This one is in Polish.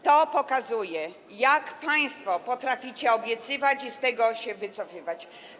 To pokazuje, jak państwo potraficie obiecywać i z tego się wycofywać.